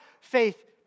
faith